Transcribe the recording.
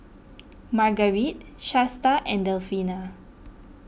Margarite Shasta and Delfina